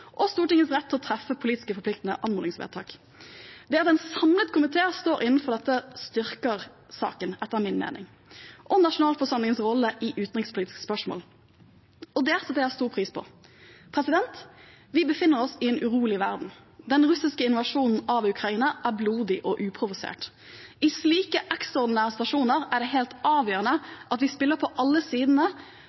og Stortingets rett til å treffe politisk forpliktende anmodningsvedtak. Det at en samlet komité står inne for dette, styrker etter min mening saken og nasjonalforsamlingens rolle i utenrikspolitiske spørsmål. Det setter jeg stor pris på. Vi befinner oss i en urolig verden. Den russiske invasjonen av Ukraina er blodig og uprovosert. I slike ekstraordinære situasjoner er det helt avgjørende at vi spiller på alle sidene